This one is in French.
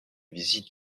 visites